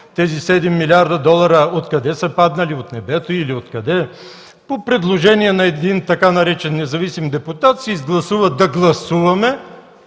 тези 7 млрд. долара откъде са паднали – от небето или откъде? По предложение на един така наречен „независим депутат” се изгласува „Да гласуваме”,